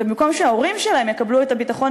ובמקום שההורים שלהם יקבלו את הביטחון